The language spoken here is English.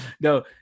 No